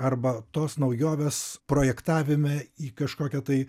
arba tos naujovės projektavime į kažkokią tai